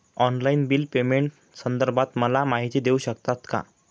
Online bill पेमेंटसंदर्भात मला माहिती देऊ शकतात का?